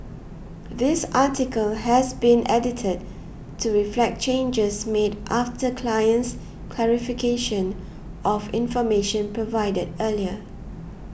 this article has been edited to reflect changes made after client's clarification of information provided earlier